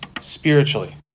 spiritually